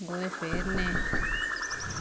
गोहे फेरने